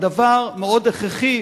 זה דבר מאוד הכרחי,